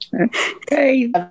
Okay